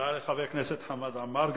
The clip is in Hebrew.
תודה לחבר כנסת חמד עמאר.